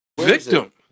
Victim